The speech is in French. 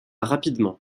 rapidement